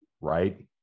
Right